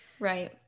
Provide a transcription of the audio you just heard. Right